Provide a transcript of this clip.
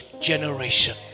generation